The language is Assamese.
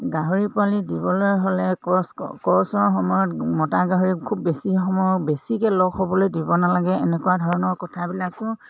গাহৰি পোৱালি দিবলৈ হ'লে ক্ৰচ ক্ৰচৰ সময়ত মতা গাহৰি খুব বেছি সময় বেছিকৈ লগ হ'বলৈ দিব নালাগে এনেকুৱা ধৰণৰ কথাবিলাকো